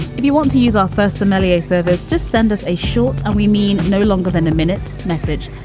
if you want to use our first somalia service, just send us a short and we mean no longer than a minute message.